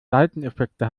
seiteneffekte